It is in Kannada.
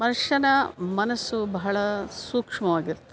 ಮನುಷ್ಯನ ಮನಸ್ಸು ಬಹಳ ಸೂಕ್ಷ್ಮವಾಗಿರುತ್ತೆ